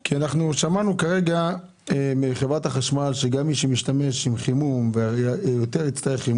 כי כרגע שמענו מחברת החשמל שהחשמל יעלה יותר.